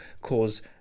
cause